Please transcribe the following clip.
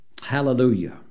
Hallelujah